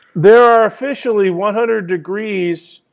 there are officially one hundred degrees